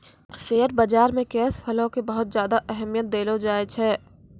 share बाजार मे cash flow के बहुत ज्यादा अहमियत देलो जाए छै